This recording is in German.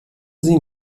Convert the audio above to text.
sie